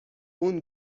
اون